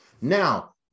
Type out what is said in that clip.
Now